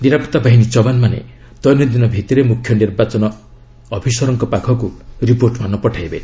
ନିରାପତ୍ତା ବାହିନୀ ଯବାନମାନେ ଦୈନନ୍ଦିନ ଭିତ୍ତିରେ ମୁଖ୍ୟ ନିର୍ବାଚନ ଅଫିସରଙ୍କ ପାଖକୁ ରିପୋର୍ଟ ପଠାଇବେ